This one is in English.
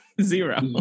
Zero